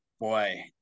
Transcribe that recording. Boy